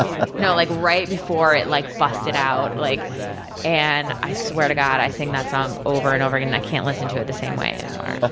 ah no, like right before it like busted out, like and i swear to god, i sang that song over and over again, and i can't listen to it the same way anymore.